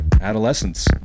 adolescence